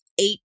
eight